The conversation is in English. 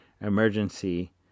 emergency